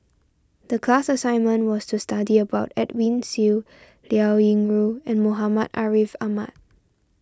the class assignment was to study about Edwin Siew Liao Yingru and Muhammad Ariff Ahmad